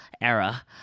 era